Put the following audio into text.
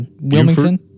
Wilmington